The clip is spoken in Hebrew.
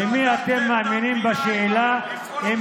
בפעם הבאה זה טלפון חינם וטלוויזיה,